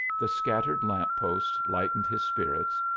the scattered lamp-posts lightened his spirits,